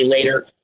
later